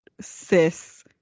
cis